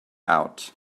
out